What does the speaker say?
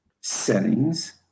settings